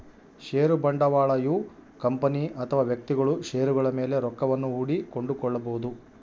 ಷೇರು ಬಂಡವಾಳಯು ಕಂಪನಿ ಅಥವಾ ವ್ಯಕ್ತಿಗಳು ಷೇರುಗಳ ಮೇಲೆ ರೊಕ್ಕವನ್ನು ಹೂಡಿ ಕೊಂಡುಕೊಳ್ಳಬೊದು